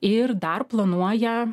ir dar planuoja